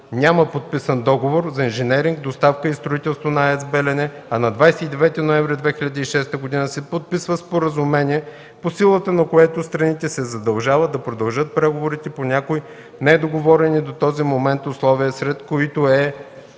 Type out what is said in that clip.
няма подписан договор за инженеринг, доставка и строителство на АЕЦ „Белене”, а на 29 ноември 2006 г. се подписва споразумение, по силата на което страните се задължават да продължат преговорите по някои недоговорени до този момент условия, сред които е